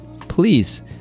please